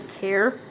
care